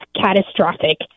catastrophic